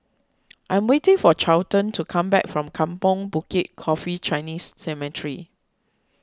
I am waiting for Charlton to come back from Kampong Bukit Coffee Chinese Cemetery